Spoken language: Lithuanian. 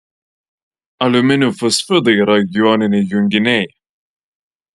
aliuminio fosfidai yra joniniai junginiai